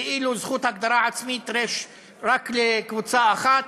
וכאילו זכות הגדרה עצמית יש רק לקבוצה אחת,